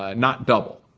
ah not double.